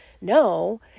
No